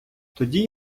тоді